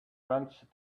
went